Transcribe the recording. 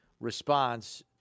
Response